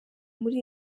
muri